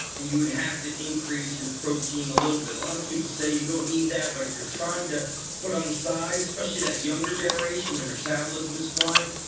and you would have to increase your protein a little bit. a lot people say you don't need that but if you're trying to put on size, especially that younger generation, their metabolism is flying,